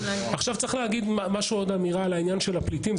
עכשיו צריך להגיד עוד אמירה על העניין של הפליטים,